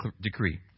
decree